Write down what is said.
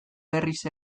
berriz